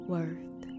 Worth